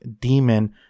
demon